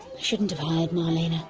shouldn't have hired marlene.